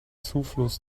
zufluss